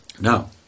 Now